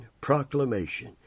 Proclamation